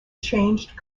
changed